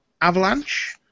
Avalanche